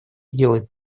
сделает